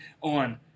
on